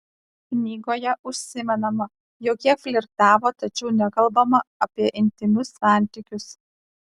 knygoje užsimenama jog jie flirtavo tačiau nekalbama apie intymius santykius